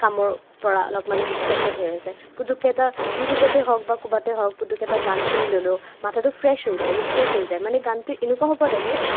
কামৰ পৰা অলপমান ডিস্ট্ৰেকটেড হৈ আছে পুটুককে এটা ইউটিউবতে হওক বা ক'ৰবাতে হওক পুটুককে এটা গান শুনি ল'লো মাথাটো ফ্ৰেচ হৈ যায় ৰিফ্ৰেচ হৈ যায় মানে